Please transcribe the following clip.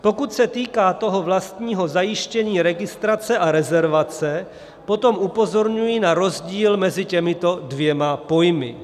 Pokud se týká vlastního zajištění registrace a rezervace, potom upozorňuji na rozdíl mezi těmito dvěma pojmy.